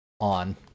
on